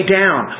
down